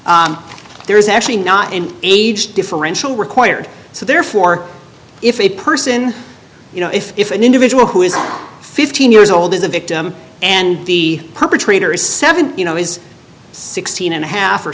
there is actually not an age differential required so therefore if a person you know if if an individual who is fifteen years old is a victim and the perpetrator is seven you know is sixteen and a half or